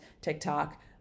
TikTok